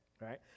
Right